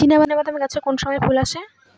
চিনাবাদাম গাছে কোন সময়ে ফুল আসে?